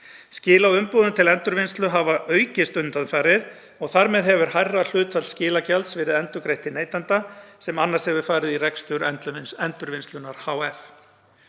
Skil á umbúðum til endurvinnslu hafa aukist undanfarið og þar með hefur hærra hlutfall skilagjalds verið endurgreitt til neytenda, sem annars hefur farið í rekstur Endurvinnslunnar hf.